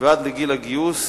ועד לגיל הגיוס,